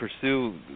pursue